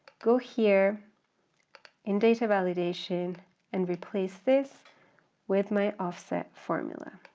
go here in data validation and replace this with my offset formula,